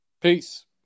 Peace